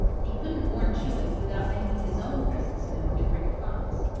he couldn't warn chewink without making his own presence known to reddy fox.